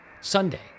sunday